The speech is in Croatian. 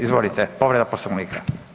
Izvolite, povreda Poslovnika.